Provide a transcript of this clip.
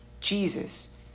Jesus